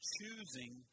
Choosing